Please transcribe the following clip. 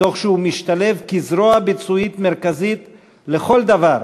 תוך שהוא משתלב כזרוע ביצועית מרכזית לכל דבר